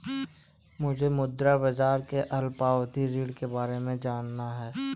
मुझे मुद्रा बाजार के अल्पावधि ऋण के बारे में जानना है